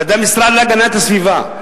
למשרד להגנת הסביבה,